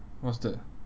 what's that